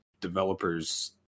developers